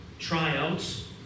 Tryouts